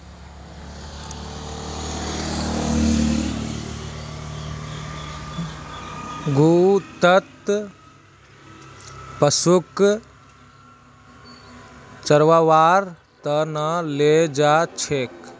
गाँउत पशुक चरव्वार त न ले जा छेक